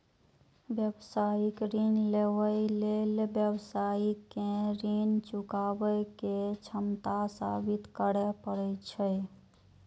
व्यावसायिक ऋण लेबय लेल व्यवसायी कें ऋण चुकाबै के क्षमता साबित करय पड़ै छै